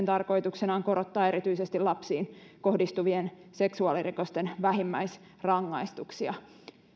tarkoituksena on korottaa erityisesti lapsiin kohdistuvien seksuaalirikosten vähimmäisrangaistuksia